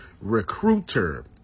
Recruiter